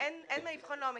אין מה לבחון את זה לעומק.